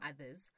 others